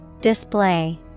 Display